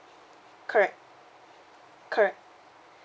correct correct